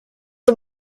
the